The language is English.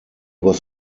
was